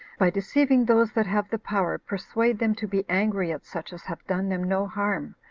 by deceiving those that have the power, persuade them to be angry at such as have done them no harm,